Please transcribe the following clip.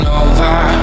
over